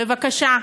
בבקשה,